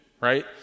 right